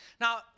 Now